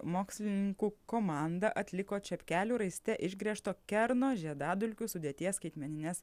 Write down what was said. mokslininkų komanda atliko čepkelių raiste išgręžto kerno žiedadulkių sudėties skaitmenines